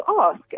ask